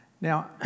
Now